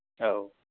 औ